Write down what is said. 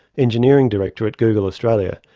engineering director at google australia,